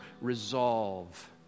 resolve